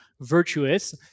virtuous